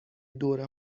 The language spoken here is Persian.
دوره